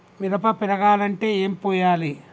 మిరప పెరగాలంటే ఏం పోయాలి?